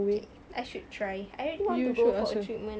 okay I should try I really want to go for a treatment